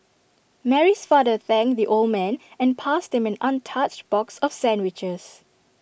Mary's father thanked the old man and passed him an untouched box of sandwiches